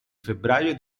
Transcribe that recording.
febbraio